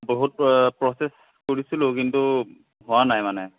বহুত প্ৰচেছ কৰিছিলোঁ কিন্তু হোৱা নাই মানে